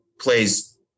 plays